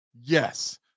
Yes